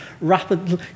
rapidly